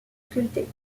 sculptés